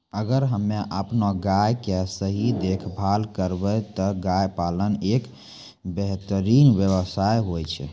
अगर हमॅ आपनो गाय के सही देखभाल करबै त गाय पालन एक बेहतरीन व्यवसाय होय छै